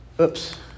Oops